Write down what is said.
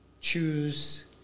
choose